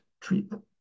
treatment